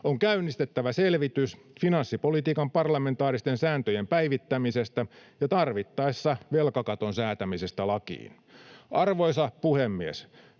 On käynnistettävä selvitys finanssipolitiikan parlamentaaristen sääntöjen päivittämisestä ja tarvittaessa velkakaton säätämisestä lakiin. Arvoisa puhemies!